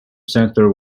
centre